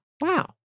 Wow